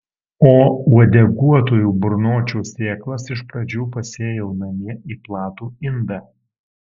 o uodeguotųjų burnočių sėklas iš pradžių pasėjau namie į platų indą